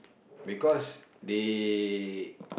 because they